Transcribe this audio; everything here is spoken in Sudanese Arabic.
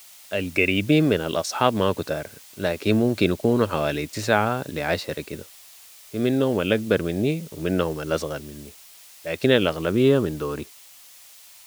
القريبين من الاصحاب ما كتار، لكن ممكن يكونوا حوالي تسعه لي عشره كده. في منهم الأكبر منى و منهم الاصغر منى لكن الاغلبيه من دوري.